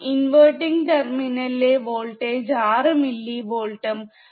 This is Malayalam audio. ഇൻവെർട്ടിങ് ടെർമിനലിലെ വോൾട്ടേജ് 6 മില്ലി വോൾട്ട് ഉം 6